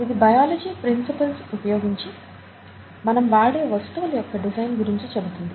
ఇది biology principles ఉపయోగించి మనం వాడే వస్తువుల యొక్క డిజైన్ గురించి చెబుతుంది